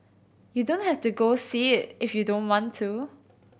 you don't have to go see it if you don't want to